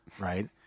right